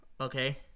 okay